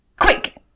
Quick